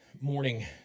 morning